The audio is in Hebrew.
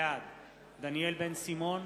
בעד דניאל בן-סימון,